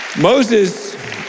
Moses